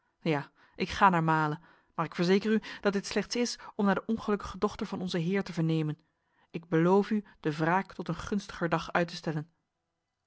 ja ik ga naar male maar ik verzeker u dat dit slechts is om naar de ongelukkige dochter van onze heer te vernemen ik beloof u de wraak tot een gunstiger dag uit te stellen